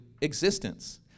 existence